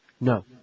No